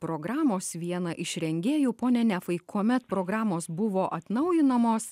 programos vieną iš rengėjų pone nefai kuomet programos buvo atnaujinamos